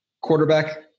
quarterback